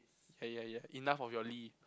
yeah yeah yeah enough of your Lee